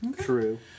True